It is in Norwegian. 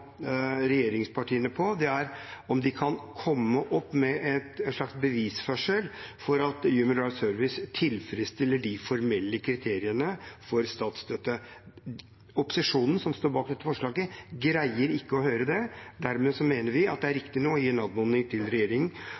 regjeringspartiene på, er om de kan komme opp med en slags bevisførsel for at Human Rights Service tilfredsstiller de formelle kriteriene for statsstøtte. Opposisjonen, som står bak dette forslaget, greier ikke å høre det. Dermed mener vi at det er riktig nå å komme med en anmodning til